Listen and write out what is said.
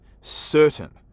certain